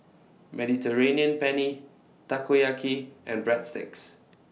Mediterranean Penne Takoyaki and Breadsticks